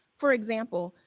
for example,